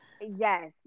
Yes